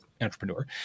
entrepreneur